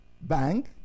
bank